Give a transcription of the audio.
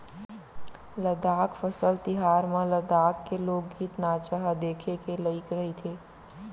लद्दाख फसल तिहार म लद्दाख के लोकगीत, नाचा ह देखे के लइक रहिथे